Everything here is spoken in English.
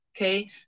okay